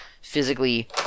physically